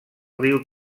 riu